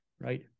right